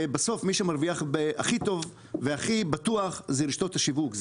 בסוף מי שמרוויח הכי טוב והכי בטוח זה רשתות השיווק.